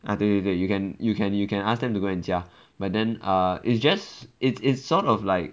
ah 对对对 you can you can you can ask them to go and 加 but then err it's just it's it's sort of like